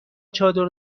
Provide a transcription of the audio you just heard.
چادر